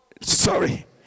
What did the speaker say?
sorry